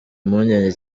impungenge